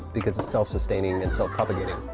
because it's self-sustaining and self-propagating.